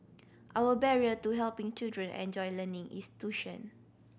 our barrier to helping children enjoy learning is tuition